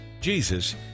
jesus